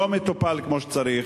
לא מטופלים כמו שצריך,